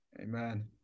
Amen